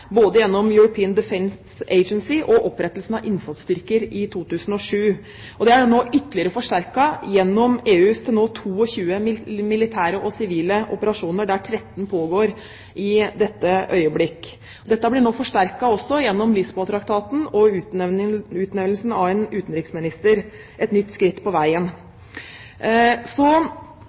både gjennom European Defence Agency og gjennom opprettelsen av innsatsstyrker i 2007. Det er nå ytterligere forsterket gjennom EUs til nå 22 militære og sivile operasjoner, der 13 pågår i dette øyeblikk. Dette blir nå forsterket også gjennom Lisboa-traktaten og utnevnelsen av en utenriksminister – et nytt skritt på veien.